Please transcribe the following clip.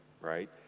right